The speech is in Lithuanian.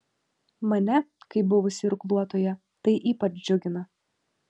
mane kaip buvusį irkluotoją tai ypač džiugina